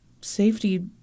Safety